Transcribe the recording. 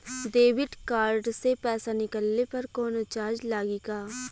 Debit card से पैसा निकलले पर कौनो चार्ज लागि का?